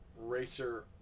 Racer